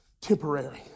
temporary